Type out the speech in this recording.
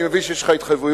אני מבין שיש לך התחייבויות.